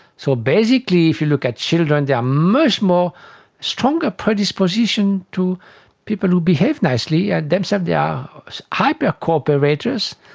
so basically if you look at children, they are much more stronger predisposition to people who behave nicely, yeah they so yeah are hyper co-operators.